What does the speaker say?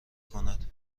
کند